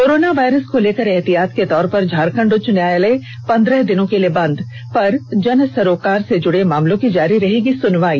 corona virus को लेकर एहतियात के तौर पर झारखंड उच्च न्यायालय पन्द्रह दिनों के लिए बंद पर जन सरोकार से जुड़े मामलों की जारी रहेगी सुनवाई